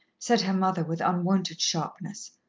said her mother with unwonted sharpness.